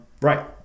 Right